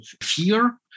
fear